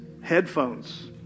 headphones